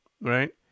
right